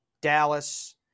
Dallas